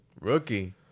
Rookie